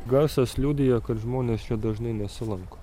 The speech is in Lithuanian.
garsas liudija kad žmonės čia dažnai nesilanko